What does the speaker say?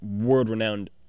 world-renowned